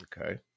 okay